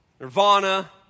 Nirvana